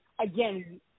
again